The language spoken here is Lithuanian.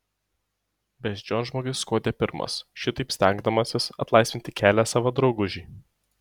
beždžionžmogis skuodė pirmas šitaip stengdamasis atlaisvinti kelią savo draugužiui